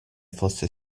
fosse